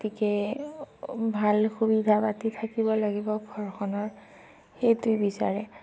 গতিকে ভাল সুবিধাপাতি থাকিব লাগিব ঘৰখনৰ সেইটো বিচাৰে